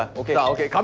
ah okay. ah okay. um